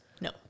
No